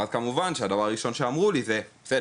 אז כמובן שהדבר הראשון אמרו לי "מה אתה רוצה?